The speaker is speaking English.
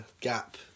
gap